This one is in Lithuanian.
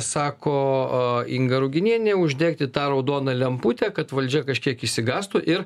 sako inga ruginienė uždegti tą raudoną lemputę kad valdžia kažkiek išsigąstų ir